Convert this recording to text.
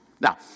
Now